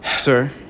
Sir